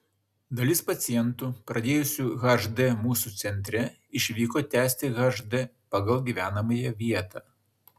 dalis pacientų pradėjusių hd mūsų centre išvyko tęsti hd pagal gyvenamąją vietą